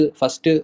first